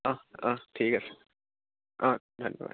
অঁ অঁ ঠিক আছে অঁ ধন্যবাদ